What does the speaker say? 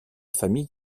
famille